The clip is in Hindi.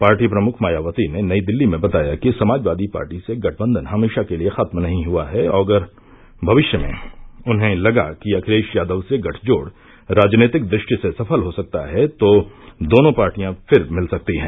पार्टी प्रमुख मायावती ने नई दिल्ली में बताया कि समाजवादी पार्टी से गठबंधन हमेशा के लिए खत्म नहीं हुआ है और अगर भविष्य में उन्हें लगा कि अंखिलेश यादव से गठजोड़ राजनीतिक दृष्टि से सफल हो सकता है तो दोनों पार्टियां फिर मिल सकती हैं